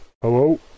Hello